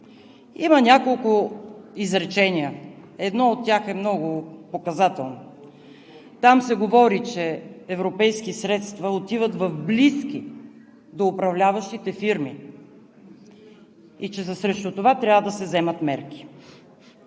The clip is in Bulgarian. има няколко изречения. Едно от тях е много показателно. Там се говори, че европейски средства отиват в близки до управляващите фирми и че срещу това трябва да се вземат мерки.